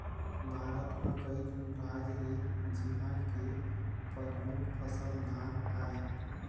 भारत म कइठन राज हे जिंहा के परमुख फसल धान आय